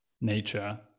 nature